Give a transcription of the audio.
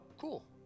cool